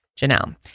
Janelle